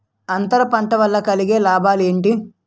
అంతర పంట వల్ల కలిగే లాభాలు ఏంటి